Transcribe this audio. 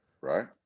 Right